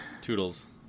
Toodles